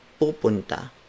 pupunta